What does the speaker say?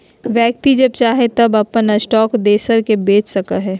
व्यक्ति जब चाहे तब अपन स्टॉक दोसर के बेच सको हइ